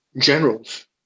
generals